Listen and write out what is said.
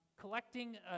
collecting